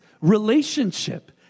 relationship